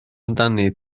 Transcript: amdani